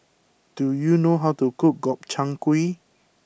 do you know how to cook Gobchang Gui